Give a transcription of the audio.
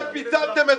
לכן פיצלתם אותם.